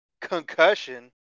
concussion